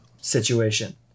situation